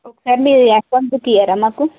ఒకసారి మీది account book ఇవ్వరా నాకు